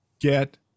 Get